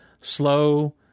slow